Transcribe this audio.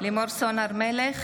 נראה